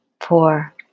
four